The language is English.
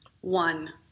One